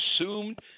assumed